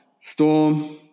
Storm